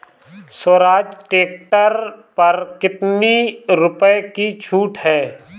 Swaraj tractor पर कितनी रुपये की छूट है?